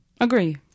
Agree